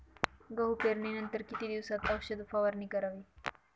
गहू पेरणीनंतर किती दिवसात औषध फवारणी करावी?